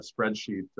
spreadsheet